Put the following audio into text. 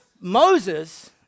Moses